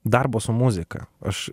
darbo su muzika aš